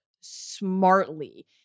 smartly